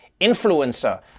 influencer